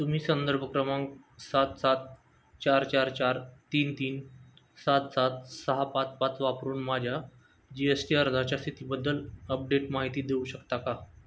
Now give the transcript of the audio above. तुम्ही संदर्भ क्रमांक सात सात चार चार चार तीन तीन सात सात सहा पाच पाच वापरून माझ्या जी एस टी अर्जाच्या स्थितीबद्दल अपडेट माहिती देऊ शकता का